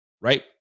right